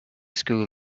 school